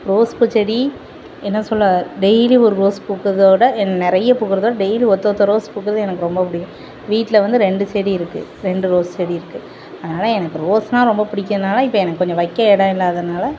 rose பூச்செடி என்ன சொல்ல டெய்லி ஒரு ரோஸ் பூக்கிறத விட என் நிறைய பூக்கிறதோட டெய்லி ஒற்ற ஒற்ற ரோஸ் பூக்கிறது எனக்கு ரொம்ப பிடிக்கும் வீட்டில் வந்து ரெண்டு செடி இருக்குது ரெண்டு ரோஸ் செடி இருக்குது அதனால் எனக்கு ரோஸ்னா ரொம்ப பிடிக்குனால இப்போ எனக்கு கொஞ்சம் வைக்க இடம் இல்லாததுனால்